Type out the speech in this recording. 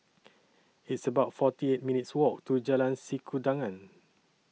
It's about forty minutes' Walk to Jalan Sikudangan